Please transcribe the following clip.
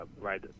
right